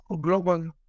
global